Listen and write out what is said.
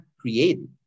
created